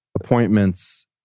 appointments